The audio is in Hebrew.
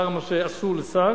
לחבר כנסת מותר מה שאסור לשר,